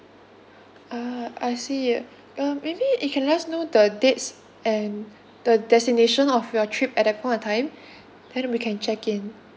ah I see um maybe you can let us know the dates and the destination of your trip at that point of time then we can check in